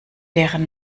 deren